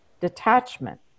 Detachment